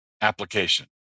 application